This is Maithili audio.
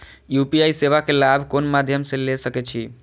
यू.पी.आई सेवा के लाभ कोन मध्यम से ले सके छी?